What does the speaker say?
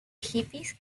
hippies